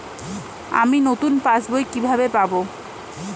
আমি নতুন পাস বই কিভাবে পাব?